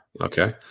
Okay